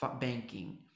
banking